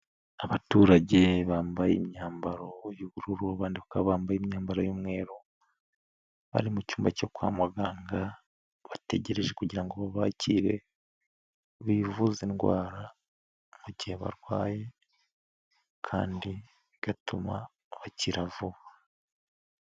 Abaturage bambaye imyambaro y'ubururu abandi bakaba bambaye imyambaro y'umweru bari mu cyumba cyo kwa muganga bategereje kugira ngo babakire bivuze indwara bagiye barwaye kandi bigatuma bakira vuba.